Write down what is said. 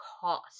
cost